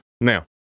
Now